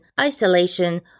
isolation